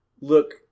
look